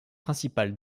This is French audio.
principal